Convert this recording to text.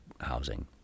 housing